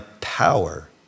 power